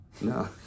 no